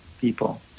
people